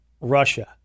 Russia